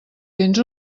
tens